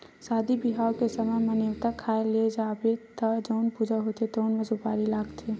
सादी बिहाव के समे म, नेवता खाए ल जाबे त जउन पूजा होथे तउनो म सुपारी लागथे